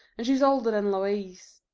and she's older than louise.